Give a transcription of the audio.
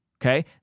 Okay